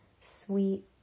sweet